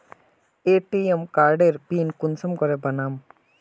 ATM कार्डेर PIN कुंसम के बनाम?